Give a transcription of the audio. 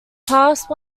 passed